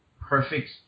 perfect